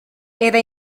era